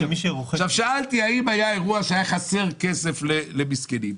שאלתי האם היה אירוע שהיה חסר כסף למסכנים?